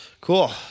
Cool